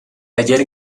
ayer